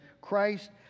Christ